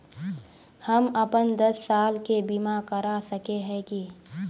हम अपन दस साल के बीमा करा सके है की?